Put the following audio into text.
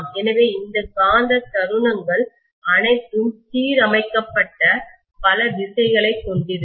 எனவே இந்த காந்த தருணங்கள்மொமென்ட் அனைத்தும் சீரமைக்கப்பட்ட பல திசைகளை கொண்டிருக்கும்